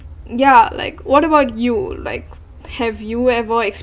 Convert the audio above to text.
ya like what about you like have you ever